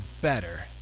better